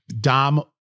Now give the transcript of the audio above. Dom